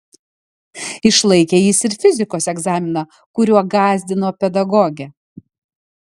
išlaikė jis ir fizikos egzaminą kuriuo gąsdino pedagogė